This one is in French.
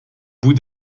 bout